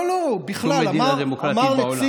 לא, לא, שום מדינה דמוקרטית בעולם.